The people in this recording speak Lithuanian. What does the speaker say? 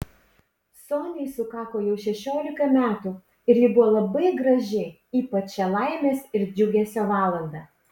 soniai sukako jau šešiolika metų ir ji buvo labai graži ypač šią laimės ir džiugesio valandą